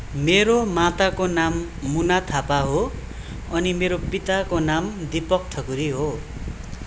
मेरो माताको नाम मुना थापा हो अनि मेरो पिताको नाम दीपक ठकुरी हो